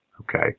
Okay